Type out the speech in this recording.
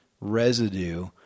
residue